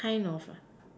a kind of